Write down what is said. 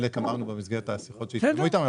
וחלק אמרנו במסגרת השיחות שהיו איתם.